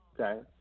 Okay